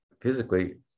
physically